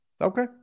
Okay